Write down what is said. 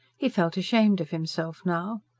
he felt ashamed of himself now.